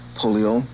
polio